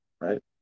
right